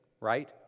Right